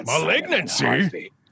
Malignancy